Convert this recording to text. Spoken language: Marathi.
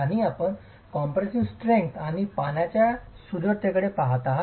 आणि आपण कॉम्प्रेसीव स्ट्रेंग्थ आणि पाण्याच्या सुदृढतेकडे पहात आहात